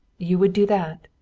you would do that?